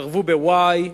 סירבו ב"וואי",